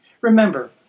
Remember